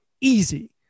easy